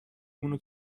مونو